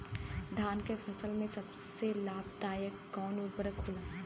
धान के फसल में सबसे लाभ दायक कवन उर्वरक होला?